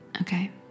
okay